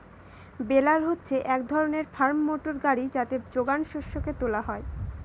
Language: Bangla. বেলার হচ্ছে এক ধরণের ফার্ম মোটর গাড়ি যাতে যোগান শস্যকে তুলা হয়